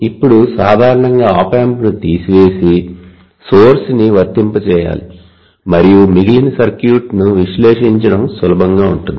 ఇప్పుడు సాధారణంగా ఆప్ ఆంప్ను తీసివేసి సోర్స్ ని వర్తింప చేయాలి మరియు మిగిలిన సర్క్యూట్ను విశ్లేషించడం సులభంగా ఉంటుంది